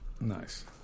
Nice